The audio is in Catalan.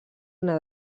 una